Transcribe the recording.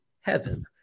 heaven